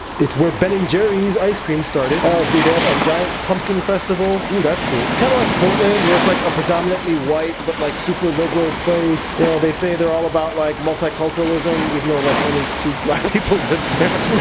it's where ben and jerry's ice cream started. see they have a giant pumpkin festival. oh, that's cool kind of like portland where it's like a predominantly white but like super liberal place, you know they say they're all about like multiculturalism even though like only two black people live there.